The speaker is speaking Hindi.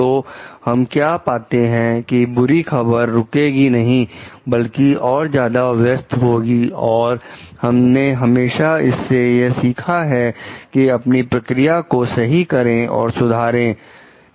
तो हम क्या पाते हैं कि बुरी खबर रुकेगी नहीं बल्कि और ज्यादा व्यस्त होगी और हमने हमेशा इससे यह सीखा है कि अपनी प्रक्रिया को सही करें और सुधारें